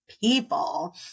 people